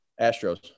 Astros